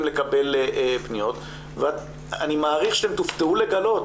לקבל --- ואני מעריך שאתם תופתעו לגלות